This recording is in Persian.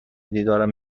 دیدارم